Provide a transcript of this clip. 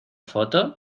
foto